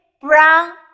brown